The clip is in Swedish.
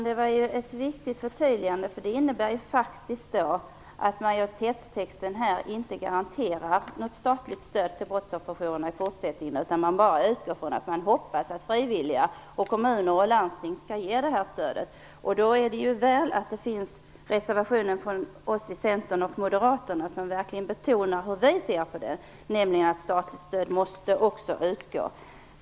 Herr talman! Det var ett viktigt förtydligande, för det innebär faktiskt att majoritetstexten inte garanterar något statligt stöd till brottsofferjourerna i fortsättningen. Man utgår bara från och hoppas att frivilliga, kommuner och landsting skall ge stödet. Då är det väl att reservationen från oss centerpartister och moderater finns, som verkligen betonar hur vi ser på detta, nämligen att också statligt stöd måste utgå.